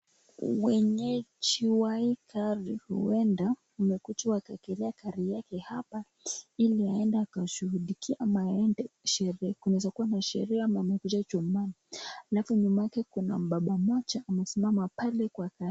Wenyeji wa hii gari uenda wamekuja kuwekelea hili aende ashughulikie ana aende Kwa sherehe alfu Yuma yake kuna baba moja amesimama pale Kwa gari.